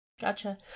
Gotcha